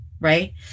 right